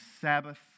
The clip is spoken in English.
Sabbath